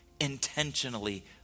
intentionally